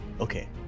okay